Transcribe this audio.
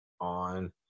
on